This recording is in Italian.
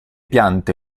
piante